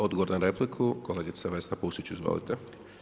Odgovor na repliku, kolegica Vesna Pusić, izvolite.